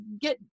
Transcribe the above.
get